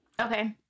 Okay